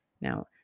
Now